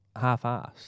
half-assed